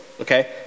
okay